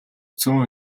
цөөн